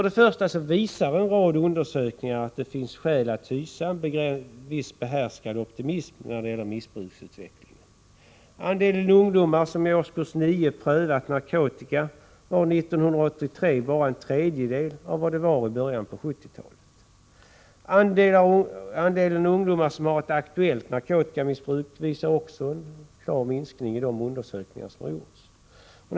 Det första som är positivt är att en rad undersökningar visar att det finns skäl att hysa en viss behärskad optimism när det gäller missbruksutveckling en. Andelen ungdomar som i årskurs 9 prövat narkotika var 1983 bara en tredjedel av vad den var i början på 1970-talet. Andelen ungdomar som har ett aktuellt narkotikamissbruk visar också en klar minskning i de undersökningar som har gjorts.